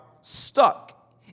stuck